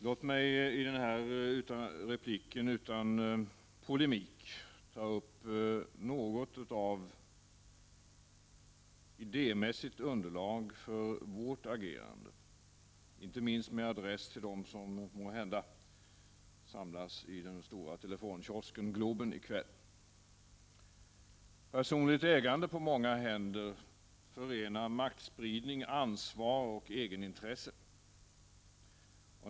Låt mig i denna replik utan polemik ta upp något av det idémässiga underlaget för vårt agerande, inte minst med adress till dem som måhända samlas i den stora telefonkiosken, Globen, i kväll. Personligt ägande på många händer förenar maktspridning, ansvar och egenintresse.